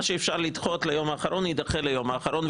מה שאפשר לדחות ליום האחרון יידחה ליום האחרון.